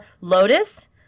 Lotus